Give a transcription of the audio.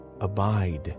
abide